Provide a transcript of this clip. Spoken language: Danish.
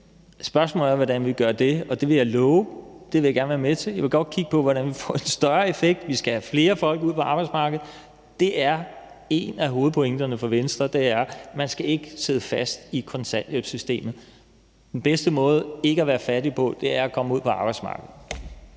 Spørgsmålet er, hvordan vi gør det, og det vil jeg love at jeg gerne vil være med til. Jeg vil godt kigge på, hvordan vi få en større effekt. Vi skal have flere folk ud på arbejdsmarkedet. Det er en af hovedpointerne for Venstre, nemlig at man ikke skal sidde fast i kontanthjælpssystemet. Den bedste måde ikke at være fattig på er at komme ud på arbejdsmarkedet.